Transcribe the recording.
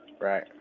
Right